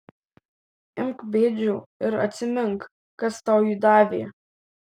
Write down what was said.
imk bėdžiau ir atsimink kas tau jį davė